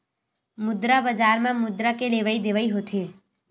मुद्रा बजार म मुद्रा के लेवइ देवइ होथे